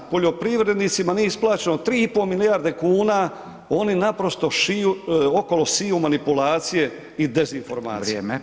Poljoprivrednicima nije isplaćeno 3,5 milijarde kuna, oni naprosto okolo siju manipulacije i dezinformacije.